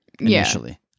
initially